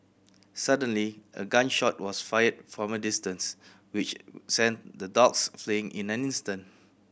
suddenly a gun shot was fired from a distance which sent the dogs fleeing in an instant